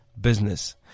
Business